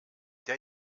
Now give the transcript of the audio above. der